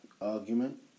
argument